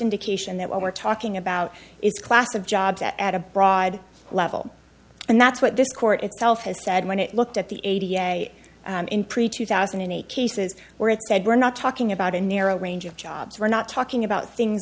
indication that what we're talking about is class of jobs at a broad level and that's what this court itself has said when it looked at the a d a s in pretty two thousand and eight cases where it said we're not talking about a narrow range of jobs we're not talking about things